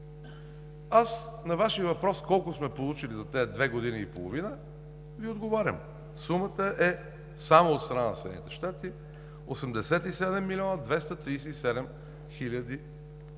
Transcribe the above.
На Вашия въпрос – колко сме получили за тези две години и половина, Ви отговарям: сумата е само от страна на Съединените щати – 87 млн. 237 хил.